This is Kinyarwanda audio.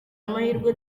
amahirwe